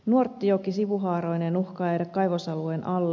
nuorttijoki sivuhaaroineen uhkaa jäädä kaivosalueen alle